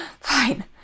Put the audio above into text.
Fine